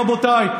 רבותיי.